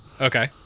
Okay